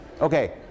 Okay